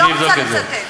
אני לא רוצה לצטט.